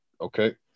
okay